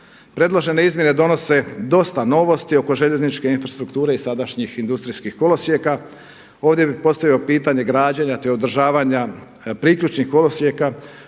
Predložene izmjene donose dosta novosti oko željezničke infrastrukture i sadašnjih industrijskih kolosijeka. Ovdje bi postavio pitanje građenja, te održavanja priključnih kolosijeka